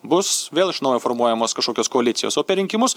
bus vėl iš naujo formuojamos kažkokios koalicijos o per rinkimus